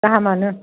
गाहामानो